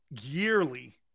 yearly